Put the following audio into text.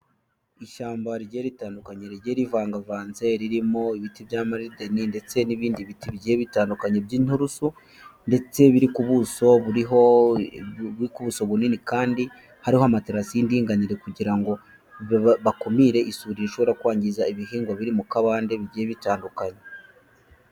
Ishyamba rigiye ritandukanye rigiye rivangavanze, ririmo ibiti bya mayideni ndetse n'ibindi biti bigiye bitandukanye by'inturusu ndetse biri ku buso buriho kubuso bunini kandi hariho amaterasi y'indinganire kugira ngo bakumire isuri rishobora kwangiza ibihingwa biri mu kabande bigiye bitandukanye.